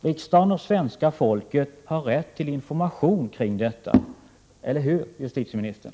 Riksdagen och svenska folket har rätt till information om detta, eller hur, justitieministern?